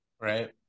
Right